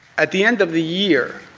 at the end of the year,